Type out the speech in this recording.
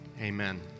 amen